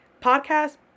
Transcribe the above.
Podcast